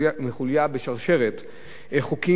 חוליה בשרשרת חוקים,